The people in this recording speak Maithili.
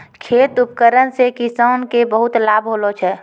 खेत उपकरण से किसान के बहुत लाभ होलो छै